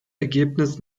ergebnis